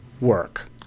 work